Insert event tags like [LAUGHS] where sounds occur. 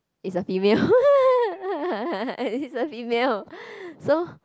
it's a female [LAUGHS] it's a female [BREATH] so